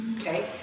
okay